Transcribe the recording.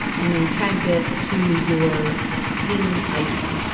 and they tagged it to your steam i d.